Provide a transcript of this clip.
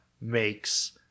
makes